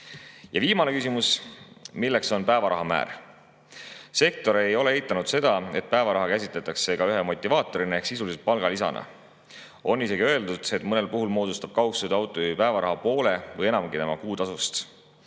viimane küsimus: päevaraha määr. Sektor ei ole eitanud seda, et päevaraha käsitletakse ka ühe motivaatorina ehk sisuliselt palgalisana. On isegi öeldud, et mõnel puhul moodustab kaugsõiduautojuhi päevaraha poole või enamgi tema kuutasust.